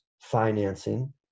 financing